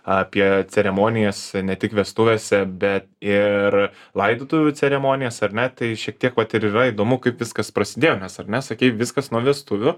apie ceremonijas ne tik vestuvėse bet ir laidotuvių ceremonijas ar ne tai šiek tiek vat ir yra įdomu kaip viskas prasidėjo nes ar ne sakei viskas nuo vestuvių